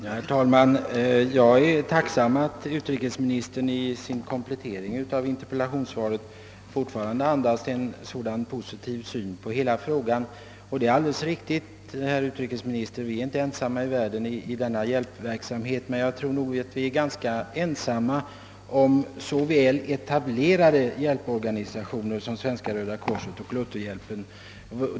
Herr talman! Jag är tacksam för att utrikesministerns komplettering av interpellationssvaret fortfarande andas en så positiv syn på hela frågan. Det är alldeles riktigt, herr utrikesminister, att vi inte är ensamma i världen i denna hjälpverksamhet, men jag tror att vi är ganska ensamma om så väl etablerade hjälporganisationer som Svenska röda korset och Lutherhjälpen.